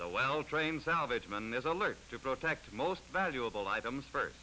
so well trained salvage men there's alert to protect most valuable items f